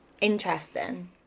interesting